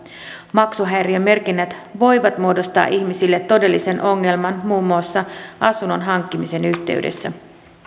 maksuhäiriömerkinnät voivat muodostaa ihmisille todellisen ongelman muun muassa asunnon hankkimisen yhteydessä